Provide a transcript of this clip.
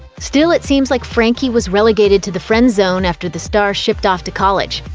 still, it seems like frankie was relegated to the friend zone after the star shipped off to college.